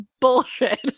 bullshit